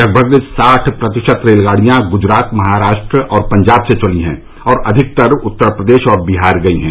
लगभग साठ प्रतिशत रेलगाड़ियां गुजरात महाराष्ट्र और पंजाब से चली हैं और अधिकतर उत्तर प्रदेश और बिहार गई हैं